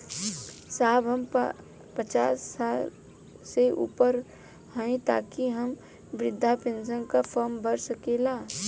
साहब हम पचास साल से ऊपर हई ताका हम बृध पेंसन का फोरम भर सकेला?